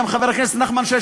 גם חבר הכנסת נחמן שי,